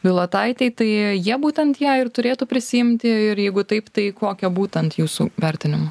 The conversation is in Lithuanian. bilotaitei tai jie būtent ją ir turėtų prisiimti ir jeigu taip tai kokią būtent jūsų vertinimu